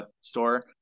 store